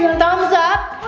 thumbs up?